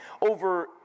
over